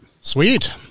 Sweet